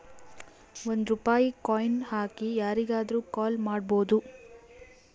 ಒಂದ್ ರೂಪಾಯಿ ಕಾಯಿನ್ ಹಾಕಿ ಯಾರಿಗಾದ್ರೂ ಕಾಲ್ ಮಾಡ್ಬೋದು